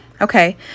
okay